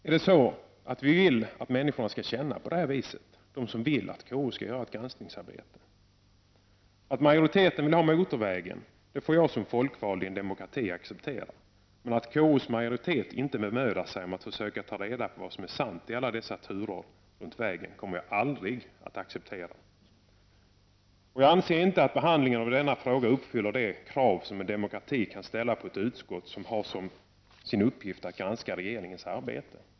Är det så vi vill att de människor som önskar att KU skall bedriva ett granskningsarbete skall känna? Att majoriteten vill ha motorvägen får jag som folkvald i en demokrati acceptera, men att KUs majori tet inte bemödar sig om att försöka ta reda på vad som är sant i alla dessa turer i vägfrågan kommer jag aldrig att acceptera. Jag anser inte heller att behandlingen av denna fråga uppfyller de krav som en demokrati kan ställa på ett utskott som har som sin uppgift att granska regeringens arbete.